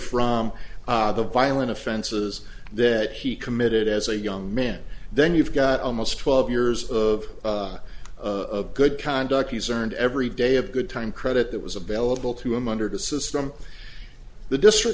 from the violent offenses that he committed as a young man then you've got almost twelve years of of good conduct he's earned every day of good time credit that was available to him under the system the district